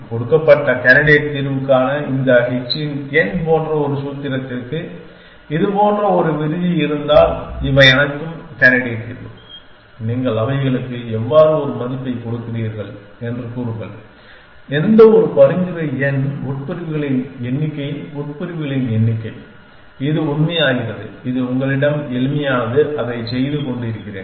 கொடுக்கப்பட்ட கேண்டிடேட் தீர்வுக்கான இந்த h இன் n போன்ற ஒரு சூத்திரத்திற்கு இது போன்ற ஒரு விதி இருந்தால் இவை அனைத்தும் கேண்டிடேட் தீர்வு நீங்கள் அவைகளுக்கு எவ்வாறு ஒரு மதிப்பைக் கொடுக்கிறீர்கள் என்று கூறுங்கள் எந்தவொரு பரிந்துரை எண் உட்பிரிவுகளின் எண்ணிக்கையின் உட்பிரிவுகளின் எண்ணிக்கை இது உண்மையாகிறது இது உங்களிடம் எளிமையானது அதை செய்து கொண்டிருக்கிறேன்